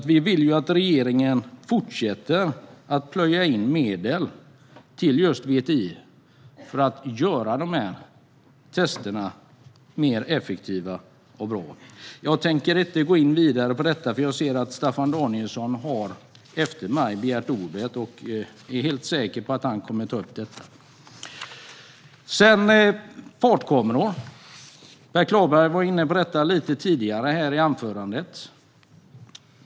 Vi vill att regeringen fortsätter att pumpa in medel till just VTI för att göra dessa tester effektivare och bättre. Jag tänker inte gå in vidare på detta, för jag ser att Staffan Danielsson har begärt ordet efter mig. Jag är helt säker på att han kommer att ta upp detta. Per Klarberg tog upp fartkameror i sitt anförande tidigare.